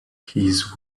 his